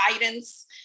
guidance